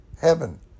heaven